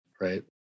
right